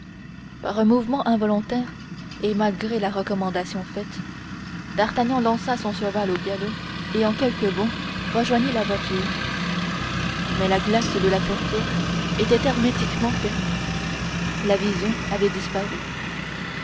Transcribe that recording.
par un mouvement involontaire et malgré la recommandation faite d'artagnan lança son cheval au galop et en quelques bonds rejoignit la voiture mais la glace de la portière était hermétiquement fermée la vision avait disparu